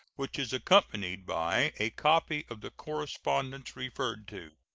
which is accompanied by a copy of the correspondence referred to.